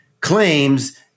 claims